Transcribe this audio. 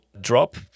drop